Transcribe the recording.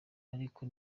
ariko